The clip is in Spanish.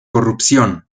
corrupción